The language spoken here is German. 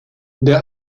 der